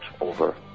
over